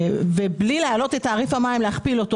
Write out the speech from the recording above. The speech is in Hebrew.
ובלי להעלות את תעריף המים להכפיל אותו